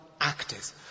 actors